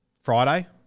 Friday